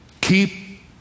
Keep